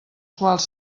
quals